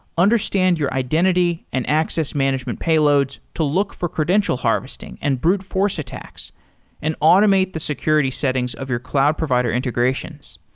understand your identity and access management payloads to look for credential harvesting and brute force attacks and automate the security settings of your cloud provider integrations.